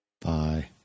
Bye